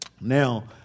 Now